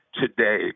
today